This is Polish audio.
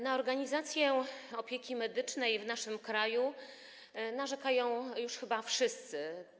Na organizację opieki medycznej w naszym kraju narzekają już chyba wszyscy.